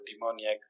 demoniac